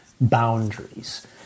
boundaries